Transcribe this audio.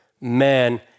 man